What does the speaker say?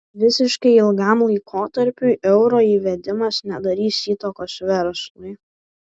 visiškai ilgam laikotarpiui euro įvedimas nedarys įtakos verslui